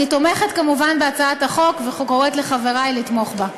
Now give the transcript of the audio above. אני תומכת כמובן בהצעת החוק וקוראת לחברי לתמוך בה.